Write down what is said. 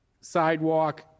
sidewalk